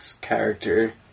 character